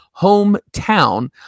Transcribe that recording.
hometown